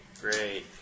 Great